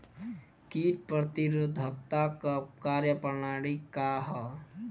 कीट प्रतिरोधकता क कार्य प्रणाली का ह?